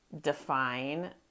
define